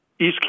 East